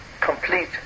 complete